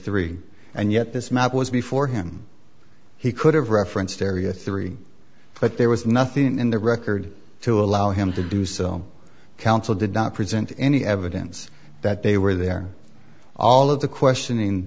three and yet this map was before him he could have referenced area three but there was nothing in the record to allow him to do so counsel did not present any evidence that they were there all of the questioning